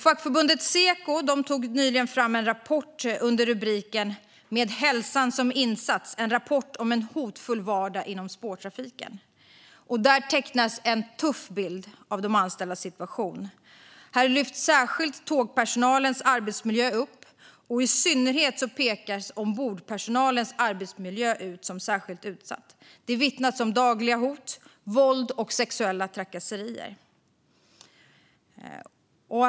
Fackförbundet Seko tog nyligen fram en rapport med titeln Med hälsan som insats - En rapport om en hotfull vardag inom spårtrafiken . Där tecknas en tuff bild av de anställdas situation. Där lyfts särskilt tågpersonalens arbetsmiljö upp. I synnerhet pekas ombordpersonalens arbetsmiljö ut som särskilt utsatt. Det vittnas om dagliga hot, om våld och om sexuella trakasserier.